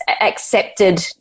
accepted